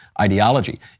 ideology